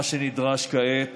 מה שנדרש כעת